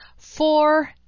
four